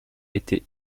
était